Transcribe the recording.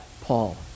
Paul